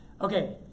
Okay